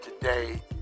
today